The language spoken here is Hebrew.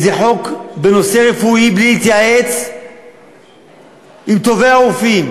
באיזה חוק בנושא רפואי בלי להתייעץ עם טובי הרופאים.